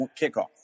kickoff